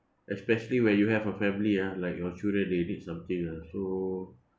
especially when you have a family ah like your children they need something lah so